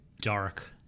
dark